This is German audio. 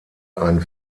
ein